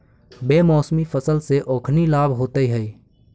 बेमौसमी फसल से ओखनी लाभ होइत हइ